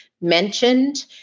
mentioned